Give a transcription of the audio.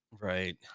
right